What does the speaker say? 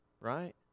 right